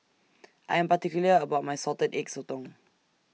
I Am particular about My Salted Egg Sotong